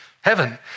heaven